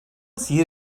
zier